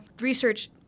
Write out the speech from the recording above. research